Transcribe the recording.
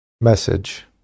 message